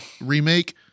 remake